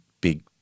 big